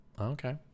okay